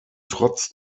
trotz